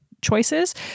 choices